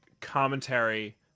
commentary